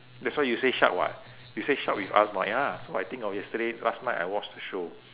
that's why you say shark [what] you say shark with arms mah ya so I think of yesterday last night I watch the show